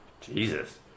Jesus